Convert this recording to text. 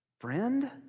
friend